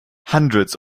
hundreds